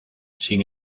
sin